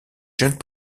jeunes